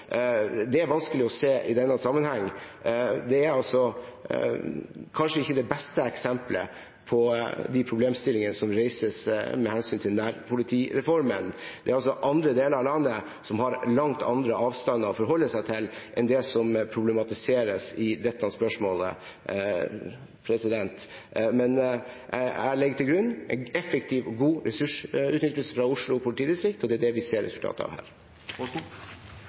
Det er det vanskelig å se i denne sammenheng, og det er kanskje ikke det beste eksemplet på de problemstillinger som reises med hensyn til nærpolitireformen. Andre deler av landet har langt større avstander å forholde seg til enn det som problematiseres i dette spørsmålet. Men jeg legger til grunn en effektiv og god ressursutvikling fra Oslo politidistrikt, og det ser vi resultatet av her.